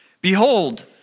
Behold